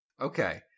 Okay